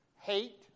Hate